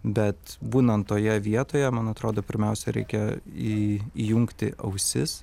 bet būnant toje vietoje man atrodo pirmiausia reikia į įjungti ausis